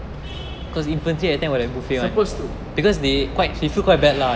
supposed to